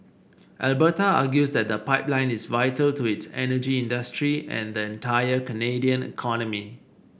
Alberta argues that the pipeline is vital to its energy industry and the entire Canadian economy